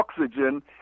oxygen